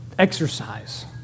exercise